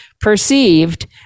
perceived